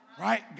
right